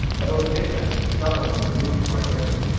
about midnight some one on the roof cried out,